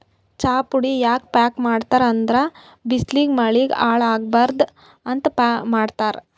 ಚಾಪುಡಿ ಯಾಕ್ ಪ್ಯಾಕ್ ಮಾಡ್ತರ್ ಅಂದ್ರ ಬಿಸ್ಲಿಗ್ ಮಳಿಗ್ ಹಾಳ್ ಆಗಬಾರ್ದ್ ಅಂತ್ ಮಾಡ್ತಾರ್